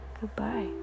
Goodbye